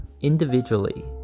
Individually